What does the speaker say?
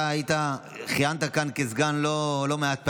אתה כיהנת כאן כסגן לא מעט פעמים,